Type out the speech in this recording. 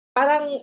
parang